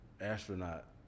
astronaut